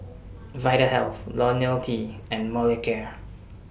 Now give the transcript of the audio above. Vitahealth Ionil T and Molicare